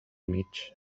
mig